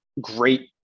great